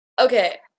Okay